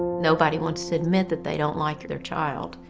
nobody wants to admit that they don't like their child.